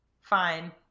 fine